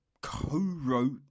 co-wrote